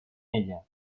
ella